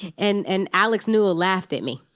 and and alex newell laughed at me.